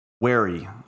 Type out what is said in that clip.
wary